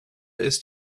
ist